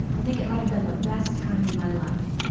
i think it might have been the best time in my life.